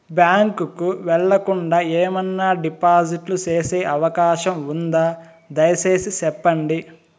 Bank కు వెళ్లకుండా, ఏమన్నా డిపాజిట్లు సేసే అవకాశం ఉందా, దయసేసి సెప్పండి?